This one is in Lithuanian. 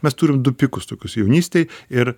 mes turim du pikus tokius jaunystėj ir